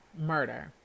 murder